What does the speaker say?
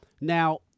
Now